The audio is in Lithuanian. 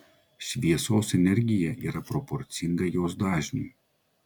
šviesos energija yra proporcinga jos dažniui